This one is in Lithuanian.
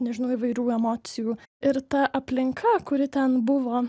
nežinau įvairių emocijų ir ta aplinka kuri ten buvo